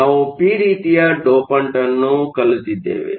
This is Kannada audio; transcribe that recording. ನಾವು ಪಿ ರೀತಿಯ ಡೋಪಂಟ್ ಅನ್ನು ಕಲಿತಿದ್ದೇವೆ